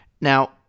now